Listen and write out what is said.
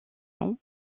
saison